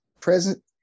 present